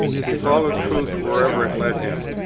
he followed truth wherever it led him,